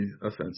offensive